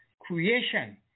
creation